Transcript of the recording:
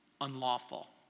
unlawful